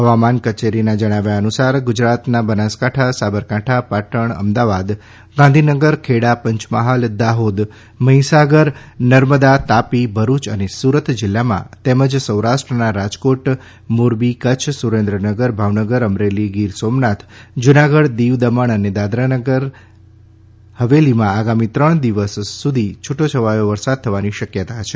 હવામાન કચેરીના જણાવ્યા અનુસાર ગુજરાતના બનાસકાંઠા સાબરકાંઠા પાટણ અમદાવાદ ગાંધીનગર ખેડા પંચમહાલ દાહોદ મહીસાગર નર્મદા તાપી ભરુચ અને સુરત જીલ્લામાં તેમજ સૌરાષ્ટ્રના રાજકોટ મોરબી કચ્છ સુરેન્દ્રનગર ભાવનગર અમરેલી ગિરસોમનાથ જુનાગઢ દીવ દમણ અને દાદરા અને નગર હવેલીમાં આગામી ત્રણ દિવસ સુધી છૂટો છવાયો વરસાદ થવાની શક્યતા છે